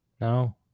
no